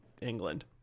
England